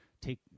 take